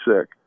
sick